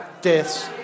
deaths